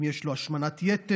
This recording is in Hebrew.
אם יש לו השמנת יתר,